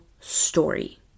story